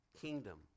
kingdom